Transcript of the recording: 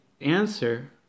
Answer